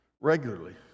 regularly